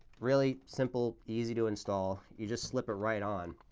really simple, easy to install. you just slip it right on.